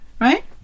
Right